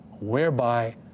whereby